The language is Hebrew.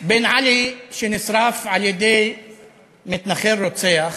בין עלי שנשרף על-ידי מתנחל רוצח